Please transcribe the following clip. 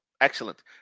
Excellent